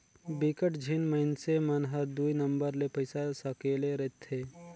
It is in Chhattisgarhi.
बिकट झिन मइनसे मन हर दुई नंबर ले पइसा सकेले रिथे